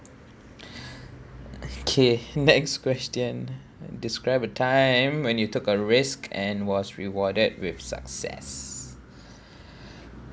K next question describe a time when you took a risk and was rewarded with success